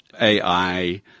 AI